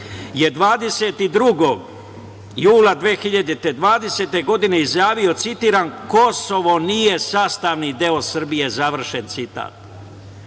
22. jula 2020. godine i izjavio, citiram: „Kosovo nije sastavni deo Srbije“, završen